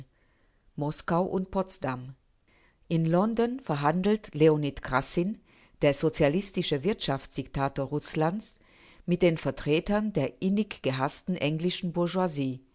moskau und potsdam in london verhandelt leonid krassin der sozialistische wirtschaftsdiktator rußlands mit den vertretern der inniggehaßten englischen